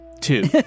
two